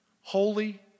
holy